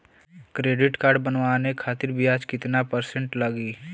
Credit card बनवाने खातिर ब्याज कितना परसेंट लगी?